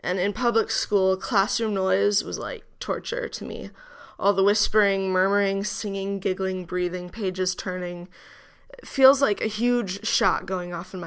and in public school classroom will is was like torture to me all the whispering murmuring singing giggling breathing pages turning feels like a huge shot going off in my